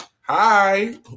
Hi